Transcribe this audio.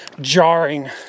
jarring